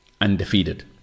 undefeated